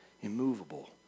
immovable